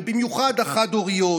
ובמיוחד החד-הוריות,